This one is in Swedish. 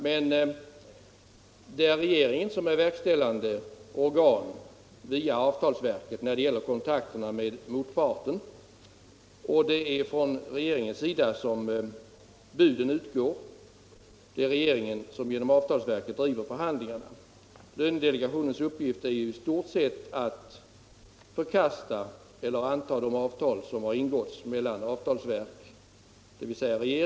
Men regeringen är verkställande organ via avtalsverket när det gäller kontakterna med motparten. Och det är från regeringens sida buden utgår. Det är regeringen som genom avtalsverket driver förhandlingarna. Lönedelegationens uppgift är i stort sett att för